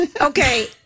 Okay